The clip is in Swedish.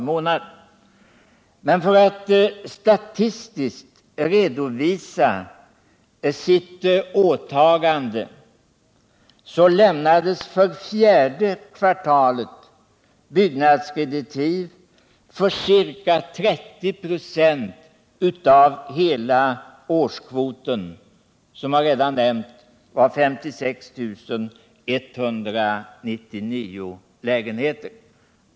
Men för att statistiskt redovisa sitt åtagande lämnade man för fjärde kvartalet byggnadskreditiv för ca 30 96 av hela årskvoten. Den var, som jag redan nämnt, 56 199 lägenheter.